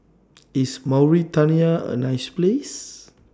IS Mauritania A nice Place